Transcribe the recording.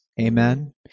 Amen